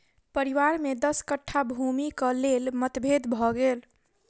परिवार में दस कट्ठा भूमिक लेल मतभेद भ गेल